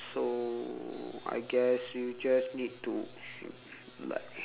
so I guess you just need to mm like